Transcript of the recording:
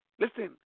listen